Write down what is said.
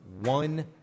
one